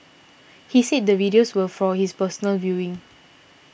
he said the videos were for his personal viewing